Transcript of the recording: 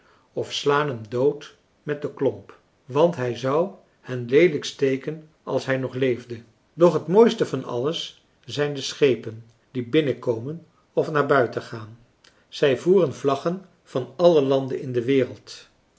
of slaan hem dood met den klomp want hij zou hen leelijk steken als hij nog leefde doch het mooiste van alles zijn de schepen die binnenkomen of naar buiten gaan zij voeren vlaggen van alle landen in de wereld